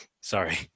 Sorry